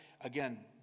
Again